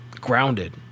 grounded